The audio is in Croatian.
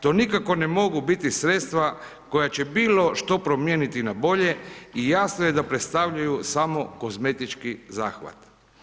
To nikako ne mogu biti sredstva koja će bilo što promijeniti na bolje i jasno je da predstavljaju samo kozmetički zahvat.